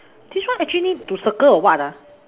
this one actually need to circle or what ah